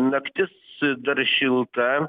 naktis dar šilta